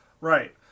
right